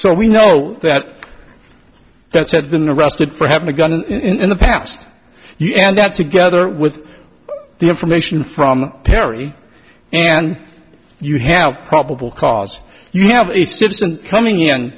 so we know that that said been arrested for having a gun in the past you and that's together with the information from terry and you have probable cause you have a citizen coming in